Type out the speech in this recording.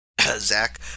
Zach